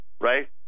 right